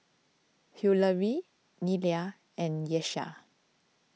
Hillery Nelia and Tyesha